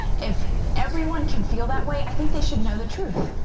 if everyone could feel that way, i think they should know the truth.